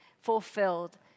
fulfilled